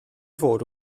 fod